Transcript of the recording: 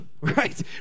right